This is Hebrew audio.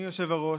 אדוני היושב-ראש,